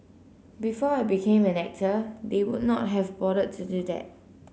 before I became an actor they would not have bothered to do that